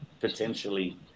potentially